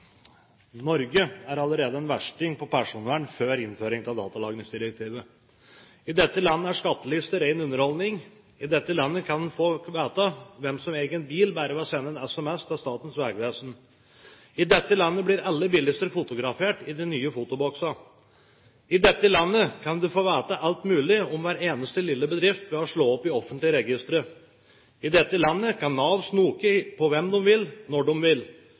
Norge er allerede før innføringen av datalagringsdirektivet en versting når det gjelder personvern. I dette landet er skattelister ren underholdning. I dette landet kan folk få vite hvem som eier en bil, bare ved å sende en SMS til Statens vegvesen. I dette landet blir alle bilister fotografert i de nye fotoboksene. I dette landet kan du få vite alt mulig om hver eneste lille bedrift ved å slå opp i offentlige registre. I dette landet kan Nav snoke på hvem de vil, når de vil.